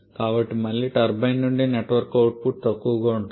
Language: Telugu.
కాబట్టి మళ్ళీ టర్బైన్ నుండి నెట్ వర్క్ అవుట్పుట్ తక్కువగా ఉంటుంది